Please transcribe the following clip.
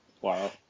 Wow